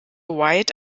white